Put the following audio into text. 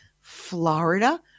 Florida